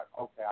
okay